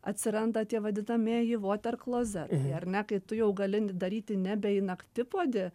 atsiranda tie vadinamieji voter klozetai ar ne kai tu jau gali daryti nebe į naktipuodį